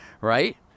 right